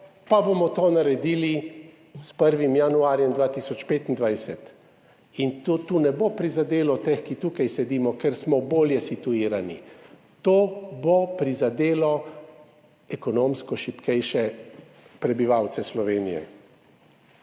pa bomo to naredili s 1. januarjem 2025. To ne bo prizadelo teh, ki tukaj sedimo, ker smo bolje situirani, to bo prizadelo ekonomsko šibkejše prebivalce Slovenije.